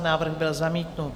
Návrh byl zamítnut.